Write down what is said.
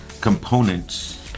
components